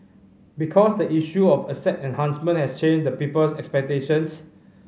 because the issue of asset enhancement has changed the people's expectations